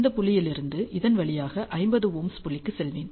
இந்த புள்ளியிலிருந்து இதன் வழியாக 50Ω புள்ளிக்கு செல்வேன்